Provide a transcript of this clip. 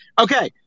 Okay